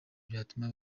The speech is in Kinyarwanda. byatuma